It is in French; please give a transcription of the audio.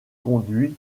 conduit